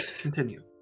Continue